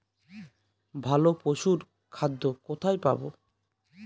ভালো পশুর খাদ্য কোথায় পাবো?